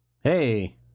Hey